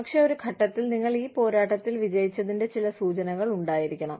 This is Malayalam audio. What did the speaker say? പക്ഷേ ഒരു ഘട്ടത്തിൽ നിങ്ങൾ ഈ പോരാട്ടത്തിൽ വിജയിച്ചതിന്റെ ചില സൂചനകൾ ഉണ്ടായിരിക്കണം